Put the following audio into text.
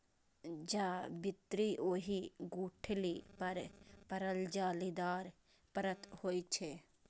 जावित्री ओहि गुठली पर पड़ल जालीदार परत होइ छै